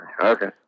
Okay